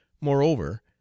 Moreover